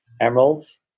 emeralds